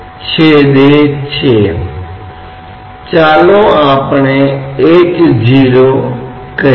यदि p 0 के बराबर वायुमंडलीय है तो यह निश्चित रूप से 0 के बराबर नहीं है